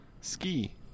ski